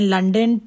London